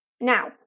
Now